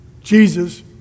Jesus